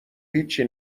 هیچی